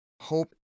Hope